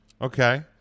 Okay